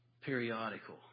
periodical